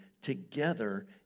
together